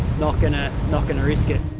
not gonna not gonna risk it.